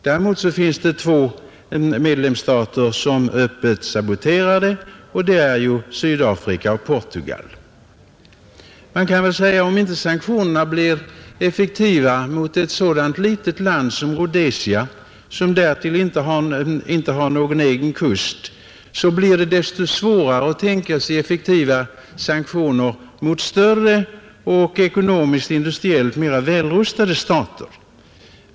Däremot finns det två medlemmar som öppet saboterar sanktionerna, och det är Sydafrika och Portugal. Man kan säga att om inte sanktionerna blir effektiva mot ett litet land som Rhodesia, som därtill inte har någon egen kust, blir det desto svårare att tänka sig effektiva sanktioner mot större, ekonomiskt och industriellt mera välrustade stater.